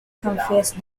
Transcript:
confessed